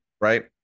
Right